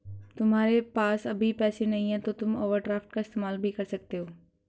तुम्हारे पास अभी पैसे नहीं है तो तुम ओवरड्राफ्ट का इस्तेमाल भी कर सकते हो